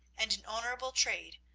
and an honourable trade,